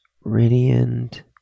radiant